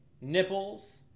Nipples